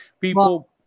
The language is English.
people